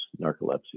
narcolepsy